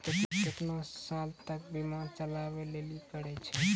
केतना साल तक बीमा चलाबै लेली पड़ै छै?